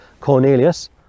cornelius